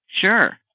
Sure